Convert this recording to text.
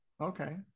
okay